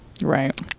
right